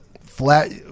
flat